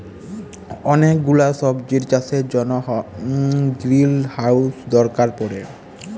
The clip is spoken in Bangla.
ওলেক গুলা সবজির চাষের জনহ গ্রিলহাউজ দরকার পড়ে